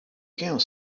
came